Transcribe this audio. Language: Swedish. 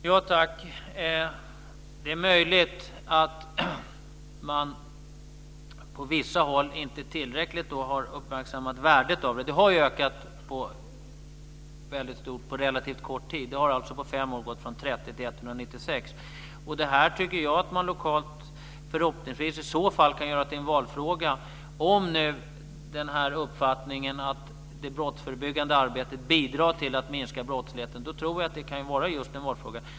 Fru talman! Det är möjligt att man på vissa håll inte tillräckligt har uppmärksammat värdet av det här. Det har ju ökat väldigt mycket på relativt kort tid. Det har alltså på fem år gått från 30 till 196. Det här tycker jag i så fall att man lokalt kan göra till en valfråga. Om man har uppfattningen att det brottsförebyggande arbetet bidrar till att minska brottsligheten tror jag att det kan vara en valfråga.